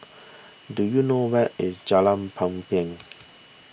do you know where is Jalan Papan